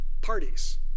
parties